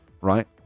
right